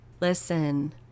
Listen